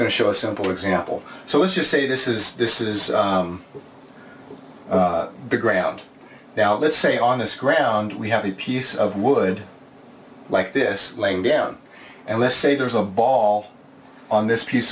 to show a simple example so let's just say this is this is the ground now let's say on this ground we have a piece of wood like this laying down and let's say there's a ball on this piece